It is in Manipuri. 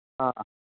ꯑꯥ